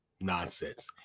nonsense